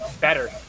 better